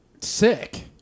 Sick